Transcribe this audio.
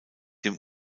dem